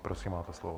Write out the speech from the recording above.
Prosím, máte slovo.